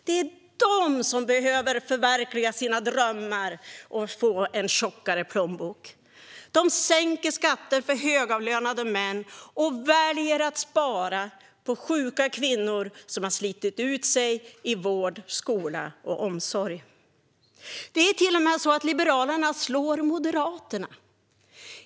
Det är de som behöver förverkliga sina drömmar och få en tjockare plånbok. De sänker skatter för högavlönade män och väljer att spara på sjuka kvinnor som har slitit ut sig i vård, skola och omsorg. Det är till och med så att Liberalerna slår Moderaterna.